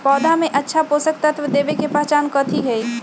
पौधा में अच्छा पोषक तत्व देवे के पहचान कथी हई?